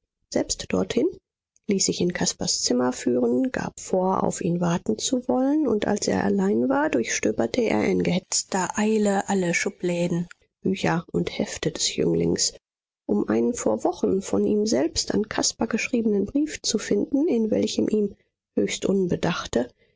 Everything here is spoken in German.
selbst dorthin ließ sich in caspars zimmer führen gab vor auf ihn warten zu wollen und als er allein war durchstöberte er in gehetzter eile alle schubläden bücher und hefte des jünglings um einen vor wochen von ihm selbst an caspar geschriebenen brief zu finden in welchem ihm höchst